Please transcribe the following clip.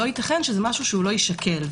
לא ייתכן שזה משהו שלא יישקל.